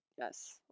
Yes